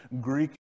Greek